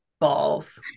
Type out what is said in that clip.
balls